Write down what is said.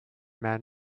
man